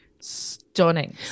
stunning